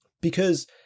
Because-